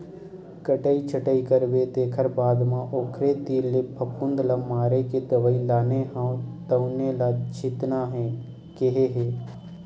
कटई छटई करबे तेखर बाद म ओखरे तीर ले फफुंद ल मारे के दवई लाने हव तउने ल छितना हे केहे हे